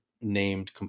named